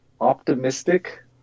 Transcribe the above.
optimistic